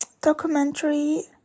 Documentary